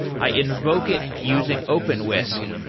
i invoke it using openwhisk,